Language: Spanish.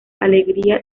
alegría